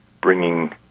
bringing